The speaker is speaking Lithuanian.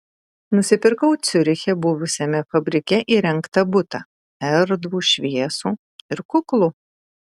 nusipirkau ciuriche buvusiame fabrike įrengtą butą erdvų šviesų ir kuklų